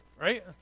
right